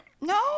No